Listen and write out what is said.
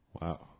Wow